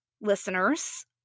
listeners